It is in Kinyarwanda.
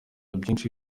byinshi